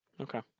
Okay